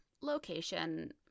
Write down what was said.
Location